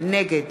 נגד